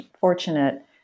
fortunate